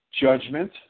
Judgment